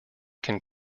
can